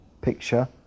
picture